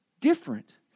different